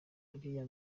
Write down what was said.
buriya